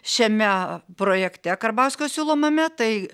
šiame projekte karbauskio siūlomame tai